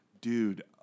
Dude